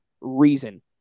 reason